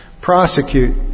prosecute